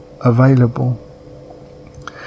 available